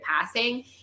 passing